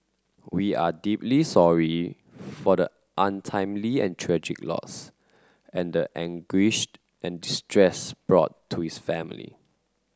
we are deeply sorry for the untimely and tragic loss and the anguish and distress brought to his family